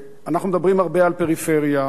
אנחנו מדברים הרבה על פריפריה,